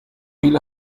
ile